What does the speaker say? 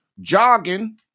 jogging